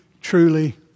truly